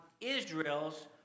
Israel's